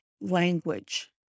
language